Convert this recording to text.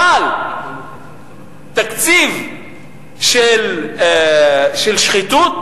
אבל תקציב של שחיתות,